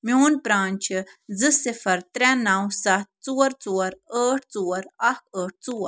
میٛون پرٛان چھُ زٕ صِفَر ترٛےٚ نَو سَتھ ژور ژور ٲٹھ ژور اَکھ ٲٹھ ژور